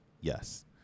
Yes